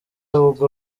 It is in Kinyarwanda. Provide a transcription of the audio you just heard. ubwo